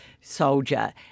soldier